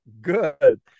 good